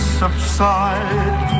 subside